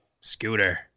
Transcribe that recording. Scooter